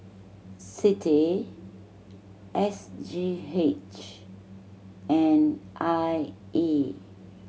CITI S G H and I E